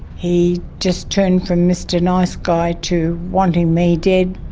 he just turned from mr nice guy to wanting me dead.